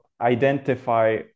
identify